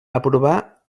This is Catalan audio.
aprovar